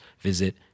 visit